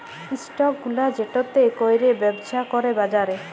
stock গুলা যেটতে ক্যইরে ব্যবছা ক্যরে বাজারে